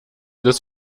des